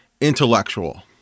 intellectual